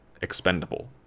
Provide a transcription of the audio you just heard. expendable